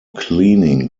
cleaning